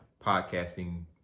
podcasting